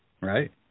right